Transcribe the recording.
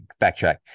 backtrack